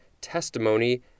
testimony